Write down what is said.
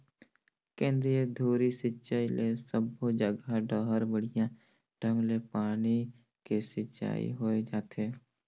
केंद्रीय धुरी सिंचई ले सबो जघा डहर बड़िया ढंग ले पानी के सिंचाई होय जाथे